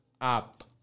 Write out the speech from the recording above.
up